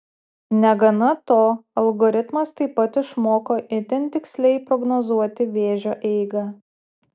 negana to algoritmas taip pat išmoko itin tiksliai prognozuoti vėžio eigą